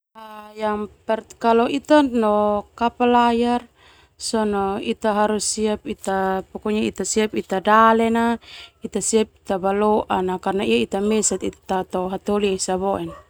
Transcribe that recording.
Kalo ita no kapal layar ita siap ita dale na ita siap ita baloa na karna ita mesan tano hataholi esa boe.